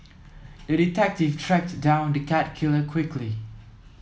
the detective tracked down the cat killer quickly